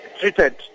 treated